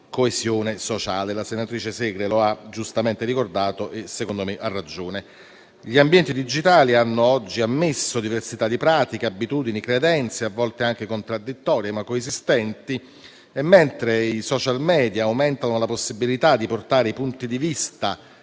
coesione sociale. La senatrice Segre lo ha giustamente ricordato e secondo me ha ragione. Gli ambienti digitali hanno oggi ammesso diversità di pratiche, abitudini e credenze, a volte anche contraddittorie, ma coesistenti, mentre i *social media* aumentano la possibilità di portare i punti di vista